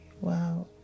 Wow